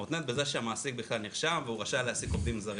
מותנית בזה שהמעסיק בכלל נרשם והוא רשאי להעסיק עובדים זרים.